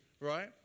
right